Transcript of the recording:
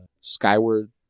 Skyward